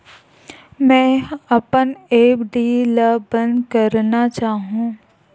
मेंहा अपन एफ.डी ला बंद करना चाहहु